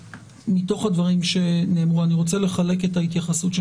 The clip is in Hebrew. מתוך הדברים שנאמרו אני רוצה לחלק את ההתייחסות של